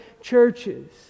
churches